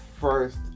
first